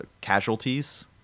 casualties